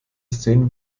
szenen